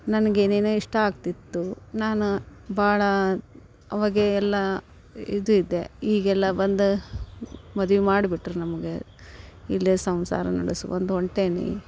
ನನಗೆ ಏನೇನೋ ಇಷ್ಟ ಆಗ್ತಿತ್ತು ನಾನು ಭಾಳ ಅವಾಗೇ ಎಲ್ಲ ಇದು ಇದ್ದೆ ಈಗೆಲ್ಲ ಬಂದು ಮದ್ವೆ ಮಾಡ್ಬಿಟ್ರು ನಮಗೆ ಇಲ್ಲೇ ಸಂಸಾರ ನಡೆಸ್ಕೊಂಡ್ ಹೊರ್ಟೇನಿ